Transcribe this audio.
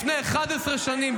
לפני 11 שנים,